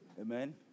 Amen